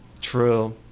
True